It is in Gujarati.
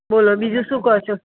બોલો બીજું શું કહો છો